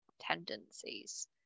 tendencies